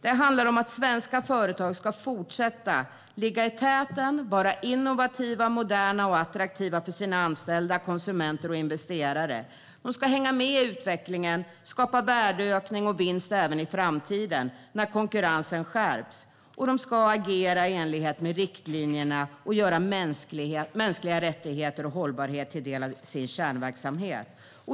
Det handlar om att svenska företag ska fortsätta att ligga i täten, vara innovativa, moderna och attraktiva för sina anställda, konsumenter och investerare. De ska hänga med i utvecklingen och skapa värdeökning och vinst även i framtiden när konkurrensen skärps. De ska agera i enlighet med riktlinjerna och göra mänskliga rättigheter och hållbarhet till en del av sin kärnverksamhet.